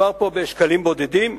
מדובר פה בשקלים בודדים,